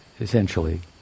essentially